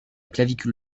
clavicule